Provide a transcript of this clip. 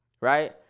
Right